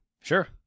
Sure